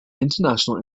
international